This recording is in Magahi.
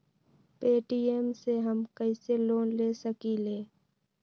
पे.टी.एम से हम कईसे लोन ले सकीले?